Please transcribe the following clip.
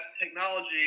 technology